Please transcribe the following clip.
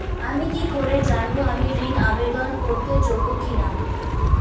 আমি কি করে জানব আমি ঋন আবেদন করতে যোগ্য কি না?